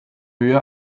höhe